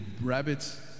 rabbits